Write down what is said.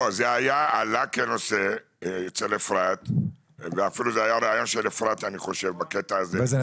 אצל אפרת זה עלה כנושא ואיי חשוב שבקטע הזה זה אפילו זה היה רעיון שלה.